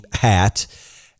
hat